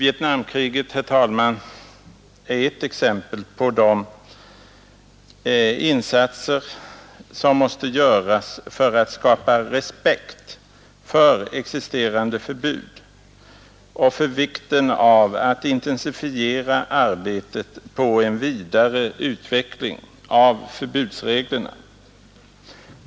Vietnamkriget, herr talman, är ett exempel på att insatser måste göras för att skapa respekt för existerande förbud och på vikten av ett intensifierat arbete på en vidare utveckling av förbudsreglerna.